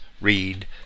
read